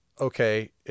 okay